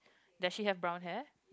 does she have brown hair